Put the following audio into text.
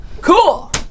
Cool